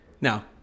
now